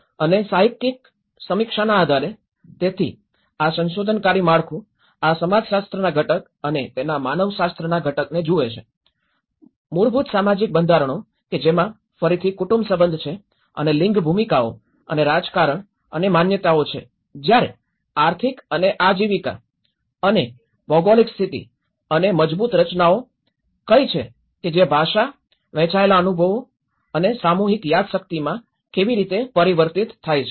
અને સાહિત્યિક સમીક્ષાના આધારે તેથી આ સંશોધનકારી માળખું આ સમાજશાસ્ત્રના ઘટક અને તેના માનવશાસ્ત્રના ઘટકને જુએ છે મૂળભૂત સામાજિક બંધારણો કે જેમાં ફરીથી કુટુંબ સંબંધ છે અને લિંગ ભૂમિકાઓ અને રાજકારણ અને માન્યતાઓ છે જયારે આર્થિક અને આજીવિકા અને ભૌગોલિક સ્થિતિ અને મજબૂત રચનાઓ કઈ છે કે જે ભાષા વહેંચાયેલા અનુભવો અને સામૂહિક યાદશક્તિમાં કેવી રીતે પરિવર્તિત થાય છે